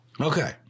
Okay